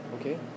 Okay